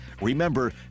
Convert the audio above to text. Remember